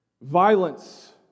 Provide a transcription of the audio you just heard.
violence